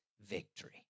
victory